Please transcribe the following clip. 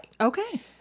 Okay